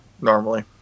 normally